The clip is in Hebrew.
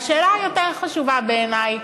והשאלה היותר-חשובה בעיני: